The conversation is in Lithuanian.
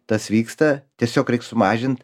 tas vyksta tiesiog reik sumažint